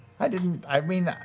i didn't i mean